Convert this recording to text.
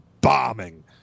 bombing